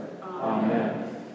Amen